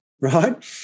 right